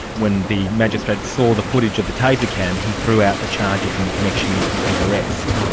when the magistrate saw the footage of the taser-cam he threw out the charges in connection with his arrest,